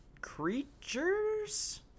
creatures